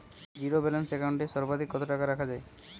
Zero balance account এ সর্বাধিক কত টাকা রাখা য়ায়?